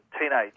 Teenage